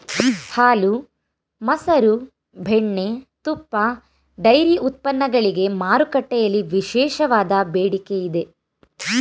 ಹಾಲು, ಮಸರು, ಬೆಣ್ಣೆ, ತುಪ್ಪ, ಡೈರಿ ಉತ್ಪನ್ನಗಳಿಗೆ ಮಾರುಕಟ್ಟೆಯಲ್ಲಿ ವಿಶೇಷವಾದ ಬೇಡಿಕೆ ಇದೆ